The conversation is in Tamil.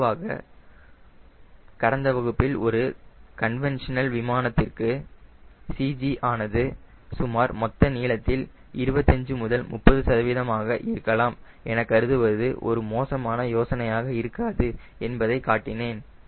பொதுவாக கடந்த வகுப்பில் ஒரு கன்வென்ஷனல் விமானத்திற்கு CG ஆனது சுமார் மொத்த நீளத்தில் 25 முதல் 30 ஆக இருக்கலாம் என கருதுவது ஒரு மோசமான யோசனையாக இருக்காது என்பதை காட்டினேன்